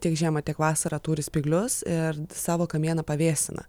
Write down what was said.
tiek žiemą tiek vasarą turi spyglius ir savo kamieną pavėsina